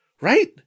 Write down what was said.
Right